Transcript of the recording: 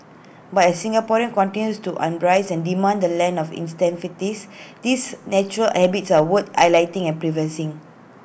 but as Singaporean continues to on brace and demand the land of these natural habits are worth highlighting and pre verse in